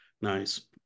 nice